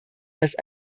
lässt